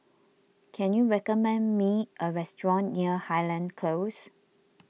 can you recommend me a restaurant near Highland Close